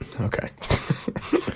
Okay